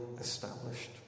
established